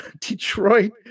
Detroit